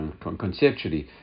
conceptually